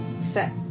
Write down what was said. set